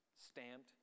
stamped